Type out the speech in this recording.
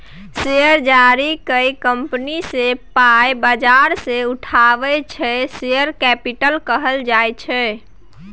share जारी कए company जे पाइ बजार सँ उठाबैत छै शेयर कैपिटल कहल जाइ छै